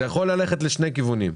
זה יכול ללכת לשני כיוונים.